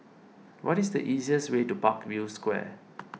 what is the easiest way to Parkview Square